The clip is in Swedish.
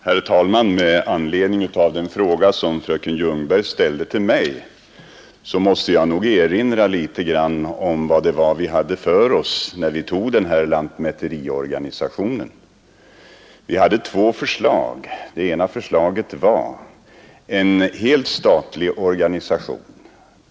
Herr talman! Med anledning av den fråga som fröken Ljungberg ställde till mig måste jag erinra något om vad vi hade för oss, när vi tog den här lantmäteriorganisationen. Det fanns två förslag. Det ena förslaget var en helt statlig organisation.